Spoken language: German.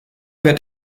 wird